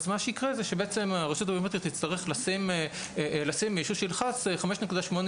אז מה שיקרה זה שבעצם הרשות הביומטרית תצטרך לשים מישהו שילחץ 5.8